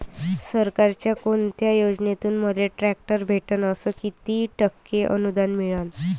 सरकारच्या कोनत्या योजनेतून मले ट्रॅक्टर भेटन अस किती टक्के अनुदान मिळन?